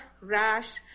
rash